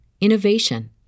innovation